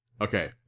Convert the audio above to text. Okay